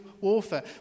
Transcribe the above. warfare